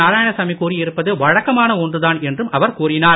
நாராயணசாமி கூறியிருப்பது வழக்கமான ஒன்றுதான் என்று கூறினார்